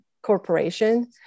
corporation